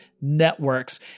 networks